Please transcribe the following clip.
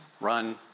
run